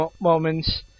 moments